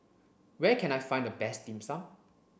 where can I find the best dim sum